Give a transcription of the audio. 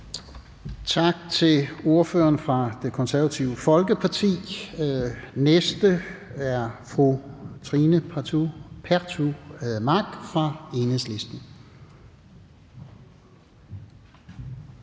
Tak til ordføreren for Det Konservative Folkeparti. Den næste ordfører er fru Trine Pertou Mach fra Enhedslisten.